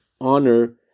honor